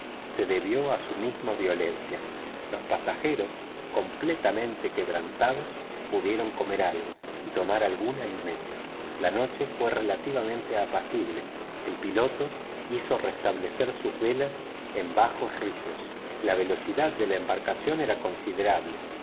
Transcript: se debió a su misma violencia los pasajeros completamente quebrantados pudieron comer algo y tomarse algún descanso la noche fue relativamente apacible el piloto hizo restablecer sus velas en bajos rizos la velocidad de la embarcación era considerable